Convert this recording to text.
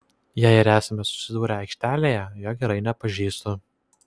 jei ir esame susidūrę aikštelėje jo gerai nepažįstu